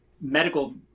medical